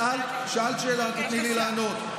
שאלת שאלה, תני לי לענות.